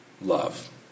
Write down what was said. love